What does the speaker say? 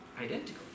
identical